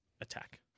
attack